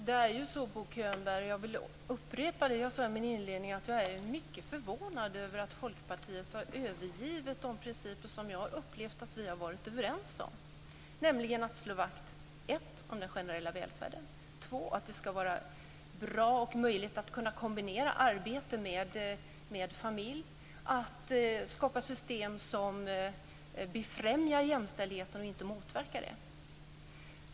Herr talman! Jag vill upprepa det jag sade i min inledning. Jag är mycket förvånad över att Folkpartiet har övergivit de principer som jag har upplevt att vi har varit överens om, nämligen att slå vakt om den generella välfärden, att det ska vara bra och möjligt att kombinera arbete med familj och att skapa system som befrämjar jämställdheten och inte motverkar den.